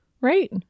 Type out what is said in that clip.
right